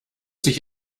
sich